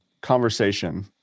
conversation